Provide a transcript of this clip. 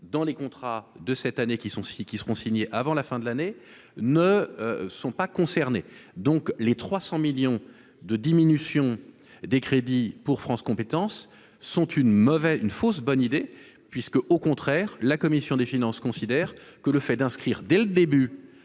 dans les contrats de cette année qui sont aussi qui seront signés avant la fin de l'année ne sont pas concernés, donc les 300 millions de diminution des crédits pour France compétences sont une mauvaise, une fausse bonne idée, puisque, au contraire, la commission des finances, considère que le fait d'inscrire dès le début